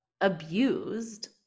abused